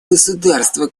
государства